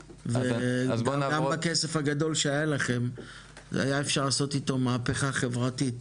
גם בכסף הגדול שהיה לכם היה אפשר לעשות איתו מהפכה חברתית,